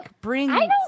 bring